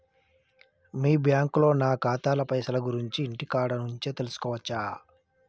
మీ బ్యాంకులో నా ఖాతాల పైసల గురించి ఇంటికాడ నుంచే తెలుసుకోవచ్చా?